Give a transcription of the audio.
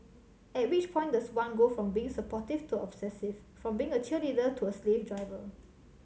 at which point does one go from being supportive to obsessive from being a cheerleader to a slave driver